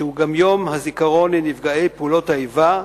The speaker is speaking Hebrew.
שהוא גם יום הזיכרון לנפגעי פעולות האיבה,